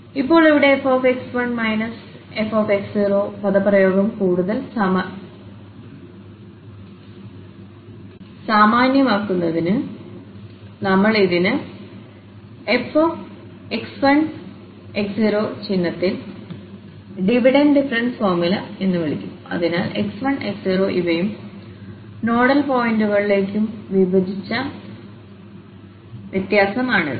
ഇപ്പോൾ ഇവിടെ fx1 fx1 x0 പദപ്രയോഗം കൂടുതൽ സാമാന്യമാക്കുന്നതിന് നമ്മൾ ഇതിനെfx1x0 ചിഹ്നത്തിൽ ഡിവിഡഡ് ഡിഫറൻസ് ഫോർമുല എന്ന് വിളിക്കുന്നു അതിനാൽ x1 x0 ഇവയും നോഡൽ പോയിന്റുകളിലേക്കും വിഭജിച്ച വ്യത്യാസമാണിത്